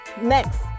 next